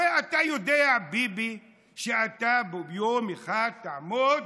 הרי אתה יודע, ביבי, שאתה יום אחד תעמוד